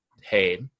hey